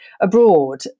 abroad